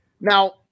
Now